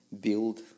build